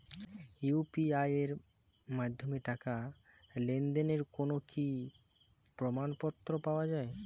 UPI এর মাধ্যমে টাকা লেনদেনের কোন কি প্রমাণপত্র পাওয়া য়ায়?